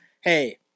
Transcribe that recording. hey